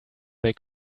they